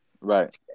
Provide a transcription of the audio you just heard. Right